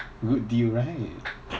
good deal right